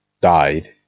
Died